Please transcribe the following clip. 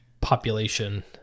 population